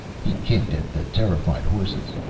he kicked at the terrified horses.